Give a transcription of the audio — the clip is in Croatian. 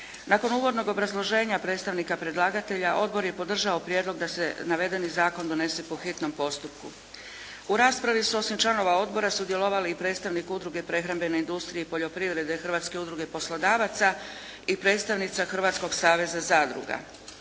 Nakon uvodnog obrazloženja predstavnika predlagatelja, odbor je podržao prijedlog da se navedeni zakon donese po hitnom postupku. U raspravi su osim članova odbora sudjelovali i predstavnik Udruge prehrambene industrije i poljoprivrede i Hrvatske udruge poslodavaca i predstavnica Hrvatskog saveza zadruga.